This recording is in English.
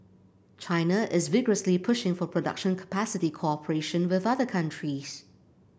China is vigorously pushing for production capacity cooperation with other countries